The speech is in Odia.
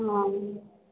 ନାଇ